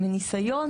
שמניסיון,